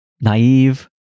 naive